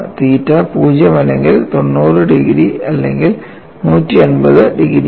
തീറ്റ 0 അല്ലെങ്കിൽ 90 അല്ലെങ്കിൽ 180 ഡിഗ്രിയാണ്